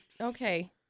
Okay